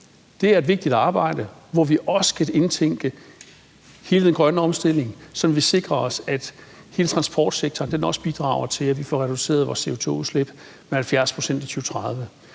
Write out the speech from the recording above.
Det er et vigtigt arbejde, hvor vi også skal indtænke hele den grønne omstilling, så vi sikrer os, at hele transportsektoren også bidrager til, at vi får reduceret vores CO2-udslip med 70 pct. i 2030.